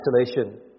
isolation